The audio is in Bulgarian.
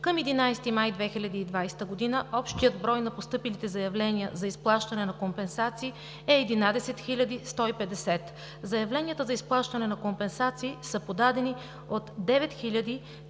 Към 11 май 2020 г. общият брой на постъпилите заявления за изплащане на компенсации е 11 150. Заявленията за изплащане на компенсации са подадени от 9035